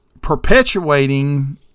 perpetuating